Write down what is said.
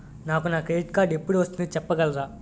నాకు నా credit card ఎపుడు వస్తుంది చెప్పగలరా?